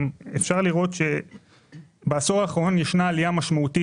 אפשר לראות שבעשור האחרון ישנה עלייה משמעותית